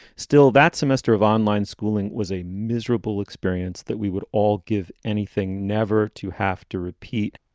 still, that semester of online schooling was a miserable experience that we would all give anything never to have to repeat.